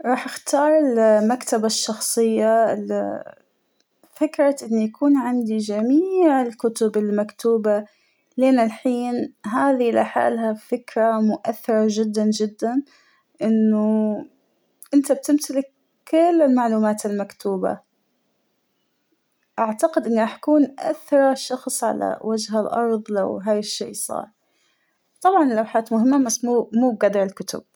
راح أختار المكتبة الشخصية ل فكرة أنه يكون عندى جميع الكتب المكتوبة لين الحين هذى لحالها فكرة مؤثرة جداًجداً أنه انت بتمتلك كل المعلومات المكتوبة ، أعتقد أن راح أكون أثرى شخص على وجه الأرض لو هاى الشى صار طبعاً اللوحات مهمة بس مو مو قدر الكتب.